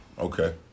Okay